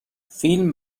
فیلم